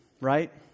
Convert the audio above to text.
right